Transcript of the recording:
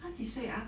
他几岁啊